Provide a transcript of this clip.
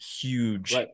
huge